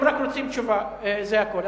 הם רק רוצים תשובה, זה הכול.